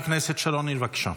חברת הכנסת שרון ניר, בבקשה.